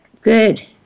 Good